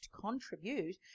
contribute